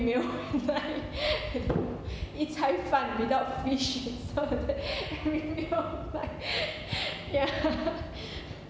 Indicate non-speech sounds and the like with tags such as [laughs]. meal [laughs] eat cai fan without fish [laughs] so every meal my [laughs] ya